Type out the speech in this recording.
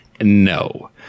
no